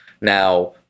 Now